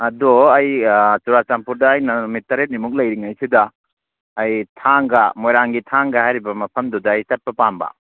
ꯑꯗꯣ ꯑꯩ ꯑꯥ ꯆꯨꯔꯥꯆꯥꯟꯄꯨꯔꯗ ꯑꯩꯅ ꯅꯨꯃꯤꯠ ꯇꯔꯦꯠꯅꯤꯃꯨꯛ ꯑꯩ ꯂꯩꯔꯤꯉꯩꯁꯤꯗ ꯑꯩ ꯊꯥꯡꯒ ꯃꯣꯏꯔꯥꯡꯒꯤ ꯊꯥꯡꯒ ꯍꯥꯏꯔꯤꯕ ꯃꯐꯝꯗꯨꯗ ꯑꯩ ꯆꯠꯄ ꯄꯥꯝꯕ